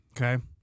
okay